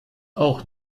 auch